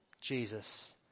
Jesus